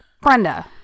Brenda